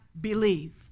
believe